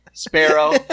Sparrow